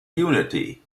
unity